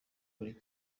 buri